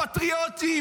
הפטריוטים,